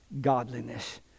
godliness